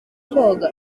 koga